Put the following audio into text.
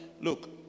look